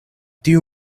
tiu